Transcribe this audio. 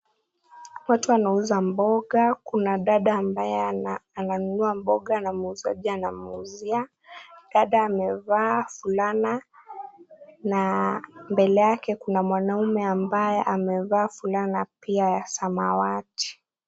Watu wanauza mboga. Kuna dada ambaye ananunua mboga na muuzaji anamuuzia. Dada amevaa fulana na mbele yake kuna mwanaume ambaye amevaa fulana pia ya samawati.